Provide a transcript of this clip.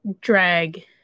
drag